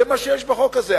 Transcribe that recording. זה מה שיש בחוק הזה.